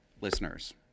listeners